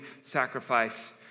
sacrifice